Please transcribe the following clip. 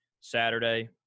Saturday